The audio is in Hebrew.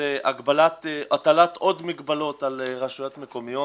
זה הטלת עוד מגבלות על רשויות מקומיות.